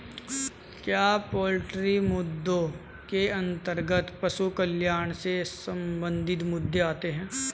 क्या पोल्ट्री मुद्दों के अंतर्गत पशु कल्याण से संबंधित मुद्दे आते हैं?